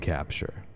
Capture